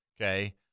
Okay